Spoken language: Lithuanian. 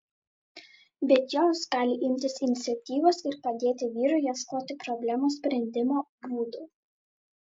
bet jos gali imtis iniciatyvos ir padėti vyrui ieškoti problemos sprendimo būdų